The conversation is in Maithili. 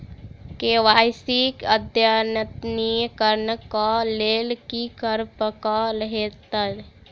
के.वाई.सी अद्यतनीकरण कऽ लेल की करऽ कऽ हेतइ?